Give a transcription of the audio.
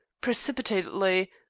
precipitately,